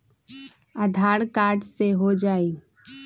आधार card से हो जाइ?